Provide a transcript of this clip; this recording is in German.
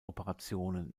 operationen